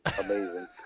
amazing